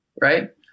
Right